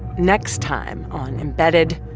next time on embedded,